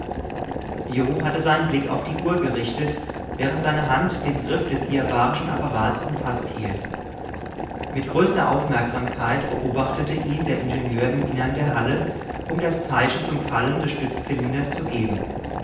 jo hatte seinen blick auf die uhr gerichtet während seine hand den griff des diabarischen apparats umfaßt hielt mit größter aufmerksamkeit beobachtete ihn der ingenieur im innern der halle um das zeichen zum fallen des stütz zylinders zu geben